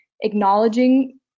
acknowledging